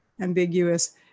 Ambiguous